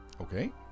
Okay